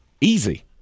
Easy